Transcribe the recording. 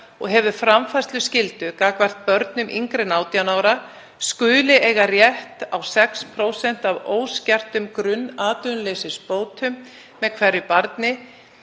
og hefur framfærsluskyldu gagnvart börnum yngri en 18 ára skuli eiga rétt á 6% af óskertum grunnatvinnuleysisbótum með hverju barni